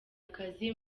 akazi